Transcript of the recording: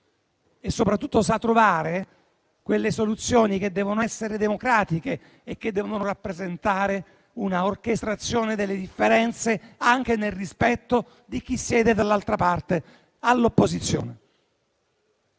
e, soprattutto, sa trovare quelle soluzioni che devono essere democratiche e che devono rappresentare una orchestrazione delle differenze, anche nel rispetto di chi siede dall'altra parte, all'opposizione.